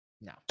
no